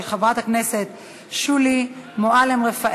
של חברת הכנסת שולי מועלם-רפאלי,